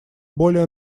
более